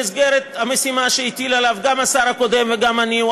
במסגרת המשימה שהטילו עליו גם השר הקודם וגם אני,